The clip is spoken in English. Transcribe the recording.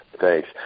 Thanks